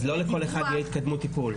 אז לא לכל אחד תהיה התקדמות טיפול.